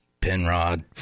Penrod